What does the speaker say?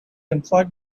employed